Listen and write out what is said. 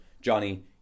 Johnny